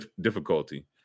difficulty